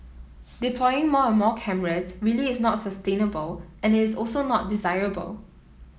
deploying more and more cameras really is not sustainable and it's also not desirable